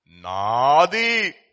Nadi